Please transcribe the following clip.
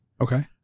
Okay